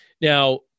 Now